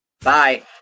Bye